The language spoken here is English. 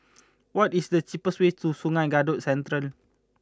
what is the cheapest way to Sungei Kadut Central